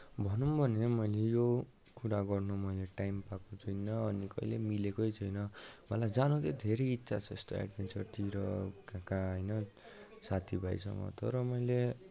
भनौँ भने मैले यो कुरा गर्नु मैले टाइम पाएको छुइनँ अनि कहिले मिलेकै छैन मलाई जानु चाहिँ धेरै इच्छा छ यस्तो एडभेन्चरतिर कहाँ कहाँ होइन साथीभाइसँग तर मैले